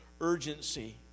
urgency